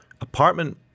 apartment